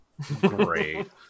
Great